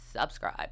subscribe